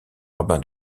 rabbin